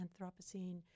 Anthropocene